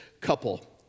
couple